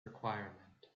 requirement